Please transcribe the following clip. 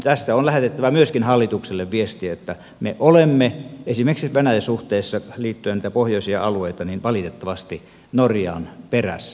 tästä on lähetettävä myöskin hallitukselle viestiä että me olemme esimerkiksi venäjä suhteissa liittyen niihin pohjoisiin alueisiin valitettavasti norjan perässä